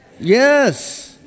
Yes